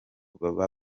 baba